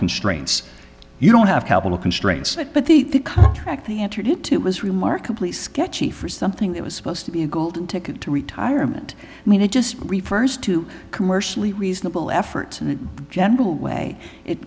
constraints you don't have capital constraints that but the contract they entered into it was remarkably sketchy for something that was supposed to be a golden ticket to retirement i mean it just refers to commercially reasonable efforts in a general way it